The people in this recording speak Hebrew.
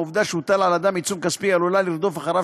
העובדה שהוטל על אדם עיצום כספי עלולה לרדוף אחריו